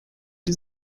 die